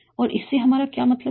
और इससे हमारा क्या मतलब है